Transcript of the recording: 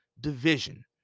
division